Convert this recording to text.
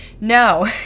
No